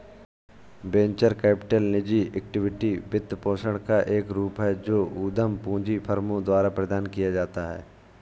venture capital निजी equity वित्तपोषण का एक रूप है जो उद्यम पूंजी फर्मों द्वारा प्रदान किया जाता है